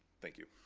thank you.